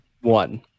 One